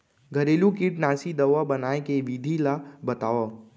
घरेलू कीटनाशी दवा बनाए के विधि ला बतावव?